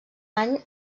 any